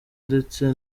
ndetse